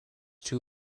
too